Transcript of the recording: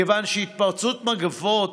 כיוון שהתפרצות מגפות